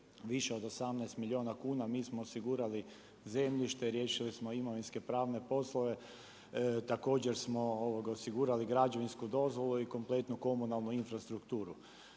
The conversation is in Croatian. više od 18 milijuna kuna. Mi smo osigurali zemljište, riješili smo imovinske pravne poslove. Također smo osigurali građevinsku dozvolu i kompletnu komunalnu infrastrukturu.